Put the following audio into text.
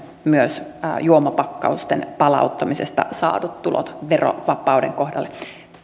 myös juomapakkausten palauttamisesta saadut tulot verovapauden kohdalle